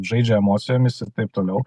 žaidžia emocijomis ir taip toliau